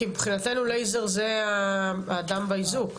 כי מבחינתנו לייזר זה האדם באיזוק,